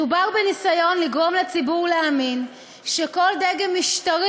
מדובר בניסיון לגרום לציבור להאמין שכל דגם משטרי